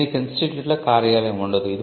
దీనికి ఇన్స్టిట్యూట్లో కార్యాలయం ఉండదు